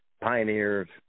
pioneers